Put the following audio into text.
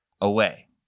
away